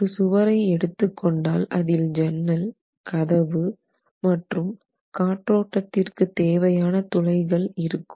ஒரு சுவரை எடுத்து கொண்டால் அதில் ஜன்னல் கதவு மற்றும் காற்றோட்டத்திற்கு தேவையான துளைகள் இருக்கும்